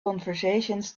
conversations